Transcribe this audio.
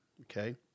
okay